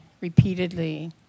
repeatedly